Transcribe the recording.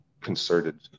concerted